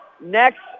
next